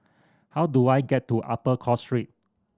how do I get to Upper Cross Street